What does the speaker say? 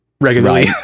regularly